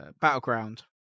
Battleground